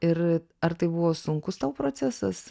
ir ar tai buvo sunkus tau procesas